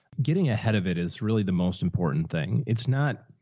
getting ahead of it is really the most important thing. it's not,